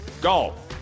Golf